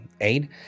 aid